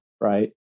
right